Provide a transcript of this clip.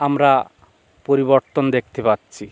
আমরা পরিবর্তন দেখতে পাচ্ছি